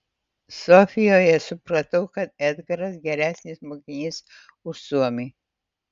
sofijoje supratau kad edgaras geresnis mokinys už suomį